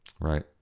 Right